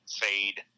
fade